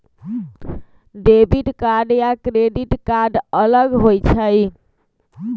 Debit card या credit card अलग होईछ ई?